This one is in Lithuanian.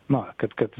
na kad kad